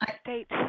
state's